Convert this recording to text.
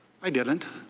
we didn't.